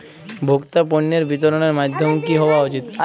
ভোক্তা পণ্যের বিতরণের মাধ্যম কী হওয়া উচিৎ?